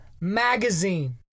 magazine